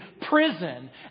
prison